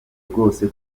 rwose